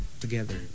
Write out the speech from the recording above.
together